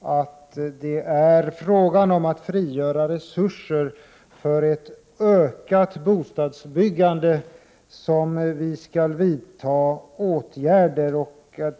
att det är för att frigöra resurser för ett ökat bostadsbyggande som vi skall vidta åtgärder.